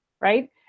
Right